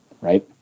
right